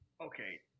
okay